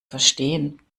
verstehen